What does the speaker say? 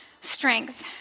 strength